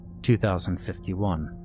2051